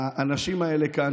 האנשים האלה כאן,